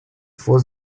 for